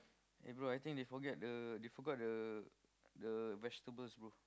eh bro I think they forget the they forgot the the vegetables bro